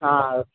ஆ